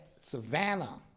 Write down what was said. Savannah